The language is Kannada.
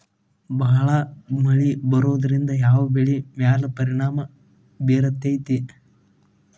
ಭಾಳ ಮಳಿ ಬರೋದ್ರಿಂದ ಯಾವ್ ಬೆಳಿ ಮ್ಯಾಲ್ ಪರಿಣಾಮ ಬಿರತೇತಿ?